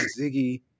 Ziggy